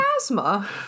asthma